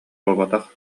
буолбатах